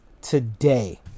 today